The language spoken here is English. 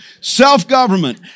Self-government